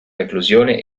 reclusione